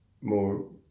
more